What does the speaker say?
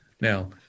Now